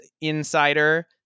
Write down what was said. insider